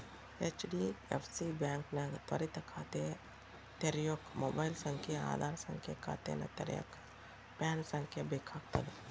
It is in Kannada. ಹೆಚ್.ಡಿ.ಎಫ್.ಸಿ ಬಾಂಕ್ನ್ಯಾಗ ತ್ವರಿತ ಖಾತೆ ತೆರ್ಯೋಕ ಮೊಬೈಲ್ ಸಂಖ್ಯೆ ಆಧಾರ್ ಸಂಖ್ಯೆ ಖಾತೆನ ತೆರೆಯಕ ಪ್ಯಾನ್ ಸಂಖ್ಯೆ ಬೇಕಾಗ್ತದ